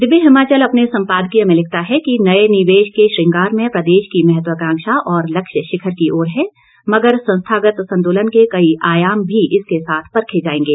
दिव्य हिमाचल अपने संपादकीय में लिखता है कि नए निवेश के श्रंगार में प्रदेश की महत्वकांक्षा और लक्ष्य शिखर की ओर है मगर संस्थागत संतुलन के कई आयाम भी इसके साथ परखे जाएंगे